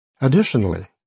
Additionally